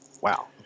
Wow